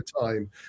time